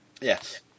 Yes